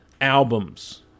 albums